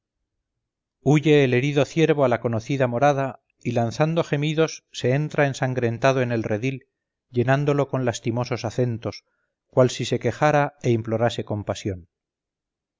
huye el herido ciervo a la conocida morada y lanzando gemidos se entra ensangrentado en el redil llenándolo con lastimosos acentos cual si se quejara e implorase compasión